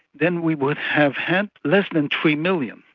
then we would have had less than three million.